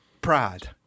pride